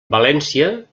valència